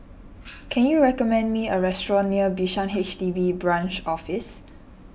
can you recommend me a restaurant near Bishan H D B Branch Office